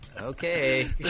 Okay